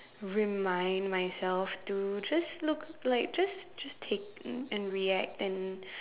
remind myself to just look like just just take um and react and